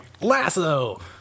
lasso